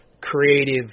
creative